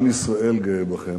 עם ישראל גאה בכם,